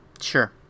Sure